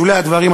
בשולי הדברים,